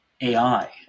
AI